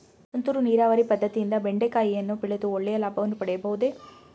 ತುಂತುರು ನೀರಾವರಿ ಪದ್ದತಿಯಿಂದ ಬೆಂಡೆಕಾಯಿಯನ್ನು ಬೆಳೆದು ಒಳ್ಳೆಯ ಲಾಭವನ್ನು ಪಡೆಯಬಹುದೇ?